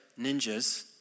ninjas